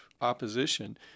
opposition